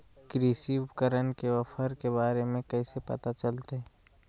कृषि उपकरण के ऑफर के बारे में कैसे पता चलतय?